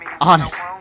Honest